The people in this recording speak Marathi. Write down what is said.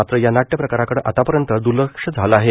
मात्र या नाट्य प्रकाराकडं आत्तापर्यंत द्र्लक्ष झालं आहे